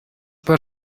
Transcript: пӗр